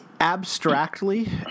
Abstractly